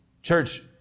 Church